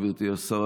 גברתי השרה,